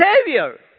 Savior